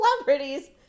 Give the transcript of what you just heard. celebrities